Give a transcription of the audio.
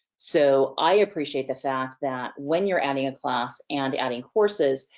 so i appreciate the fact that when you're adding a class and adding courses,